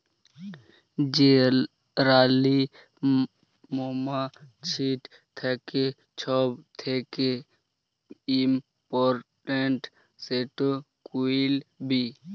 যে রালী মমাছিট থ্যাকে ছব থ্যাকে ইমপরট্যাল্ট, সেট কুইল বী